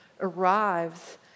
arrives